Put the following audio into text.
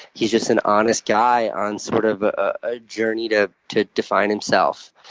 he's just an honest guy on sort of a journey to to define himself.